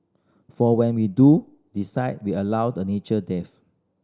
for when we do decide we allow a natural death